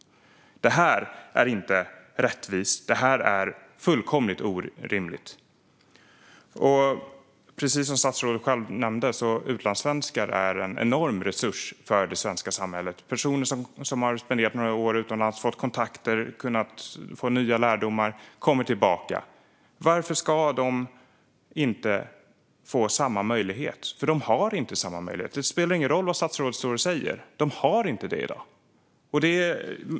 Detta är inte rättvist. Det är fullkomligt orimligt. Precis som statsrådet själv nämnde är utlandssvenskar en enorm resurs för det svenska samhället. Det är personer som har spenderat några år utomlands och fått kontakter och nya lärdomar och som kommer tillbaka. Varför ska de inte få samma möjlighet? För de har inte samma möjlighet. Det spelar ingen roll vad statsrådet säger - de har inte det i dag.